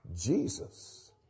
Jesus